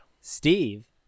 Steve